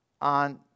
on